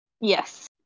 Yes